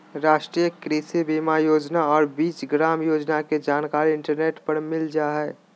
राष्ट्रीय कृषि बीमा योजना और बीज ग्राम योजना के जानकारी इंटरनेट पर मिल जा हइ